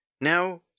Now